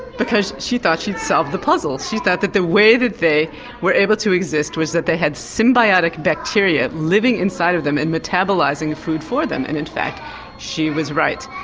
because she thought she'd solved the puzzle. she thought that the way that they were able to exist was that they had symbiotic bacteria living inside them and metabolising food for them. and in fact she was right.